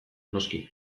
noski